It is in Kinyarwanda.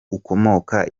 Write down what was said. ukomoka